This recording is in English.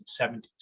1970s